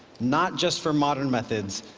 not just for modern methods,